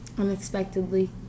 Unexpectedly